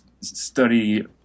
study